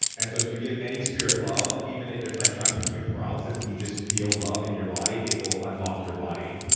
and so if you give any spirit love, even it's like trying to put you in paralysis and you just feel love in your body, it will unlock your body.